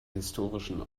historischen